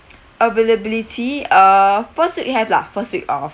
availability uh first week have lah first week of